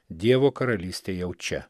dievo karalystė jau čia